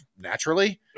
naturally